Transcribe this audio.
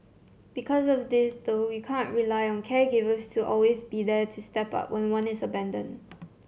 because of this though we can't rely on caregivers to always be there to step up when one is abandoned